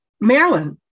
Maryland